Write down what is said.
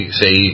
say